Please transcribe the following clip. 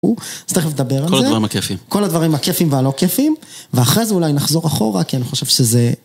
אז תכף נדבר על זה, כל הדברים הכיפים, כל הדברים הכיפים והלא כיפים, ואחרי זה אולי נחזור אחורה כי אני חושב שזה...